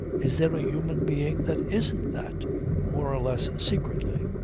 is there a human being that isn't that more or less secretly?